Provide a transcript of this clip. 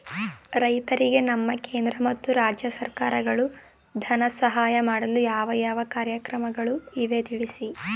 ರೈತರಿಗೆ ನಮ್ಮ ಕೇಂದ್ರ ಮತ್ತು ರಾಜ್ಯ ಸರ್ಕಾರಗಳು ಧನ ಸಹಾಯ ಮಾಡಲು ಯಾವ ಯಾವ ಕಾರ್ಯಕ್ರಮಗಳು ಇವೆ ತಿಳಿಸಿ?